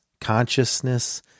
consciousness